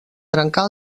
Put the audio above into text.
trencar